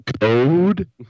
code